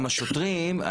גם השוטרים,